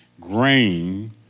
grain